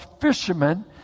fishermen